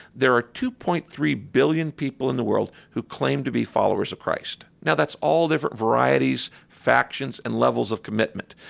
there are two point three billion people in the world who claim to be followers of christ. now, that's all different varieties, factions, and levels of commitment.